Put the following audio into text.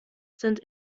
sind